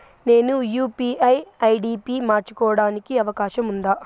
నేను UPI ID పి మార్చుకోవడానికి అవకాశం ఉందా?